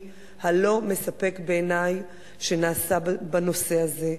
הלא-מספק בעיני שנעשה בנושא הזה.